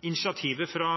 initiativet fra